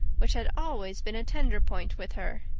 which had always been a tender point with her.